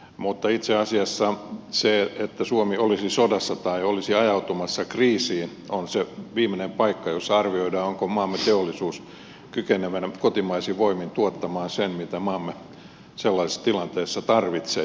mutta itse asiassa se että suomi olisi sodassa tai olisi ajautumassa kriisiin on se viimeinen paikka jossa arvioidaan onko maamme teollisuus kykeneväinen kotimaisin voimin tuottamaan sen mitä maamme sellaisessa tilanteessa tarvitsee